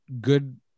good